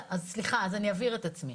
סליחה, אני אבהיר את עצמי.